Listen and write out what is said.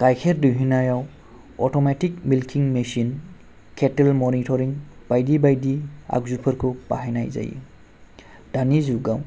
गायखेर दिहुनायाव automatic milking machine केथल मनिटरिं बायदि बायदि आगजुखौ बाहायनाय जायो दानि जुगाव